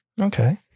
Okay